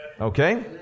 Okay